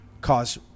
cause